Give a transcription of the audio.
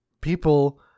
people